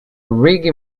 reggae